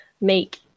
make